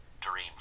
dream